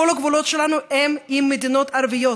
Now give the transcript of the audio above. שבה כל הגבולות שלנו הם עם מדינות ערביות,